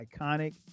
iconic